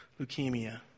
leukemia